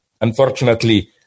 unfortunately